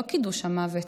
לא קידוש המוות.